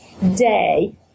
day